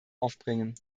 aufbringen